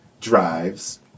drives